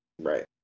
right